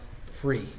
free